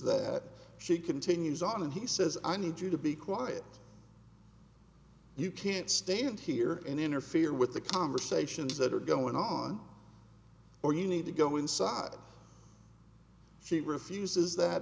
that she continues on and he says i need you to be quiet you can't stand here and interfere with the conversations that are going on or you need to go inside she refuses that